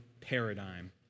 paradigm